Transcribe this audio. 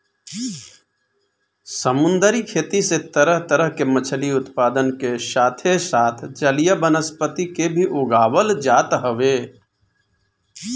समुंदरी खेती से तरह तरह के मछरी उत्पादन के साथे साथ जलीय वनस्पति के भी उगावल जात हवे